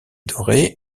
dorés